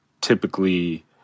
typically